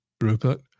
Rupert